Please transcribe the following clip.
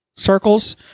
circles